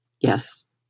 Yes